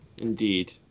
Indeed